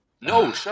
no